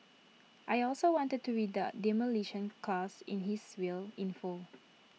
I also wanted to read out Demolition Clause in his will in full